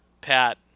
Pat